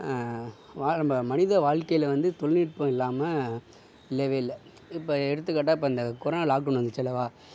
நம்ம மனித வாழ்க்கையில வந்து தொழில்நுட்பம் இல்லாமல் இல்லவே இல்லை இப்போ எடுத்துக்காட்டாக இப்போ அந்த கொரோனா லாக்டவுன் வந்துச்சு அல்லவா